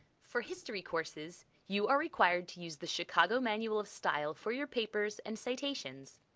for history courses, you are required to use the chicago manual of style for your papers and citations.